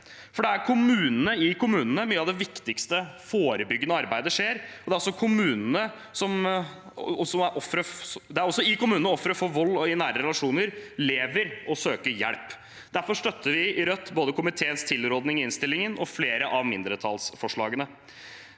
for det er i kommunene mye av det viktigste forebyggende arbeidet skjer, og det er også i kommunene ofre for vold i nære relasjoner lever og søker hjelp. Derfor støtter vi i Rødt både komiteens tilråding i innstillingen og flere av mindretallsforslagene.